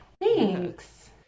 Thanks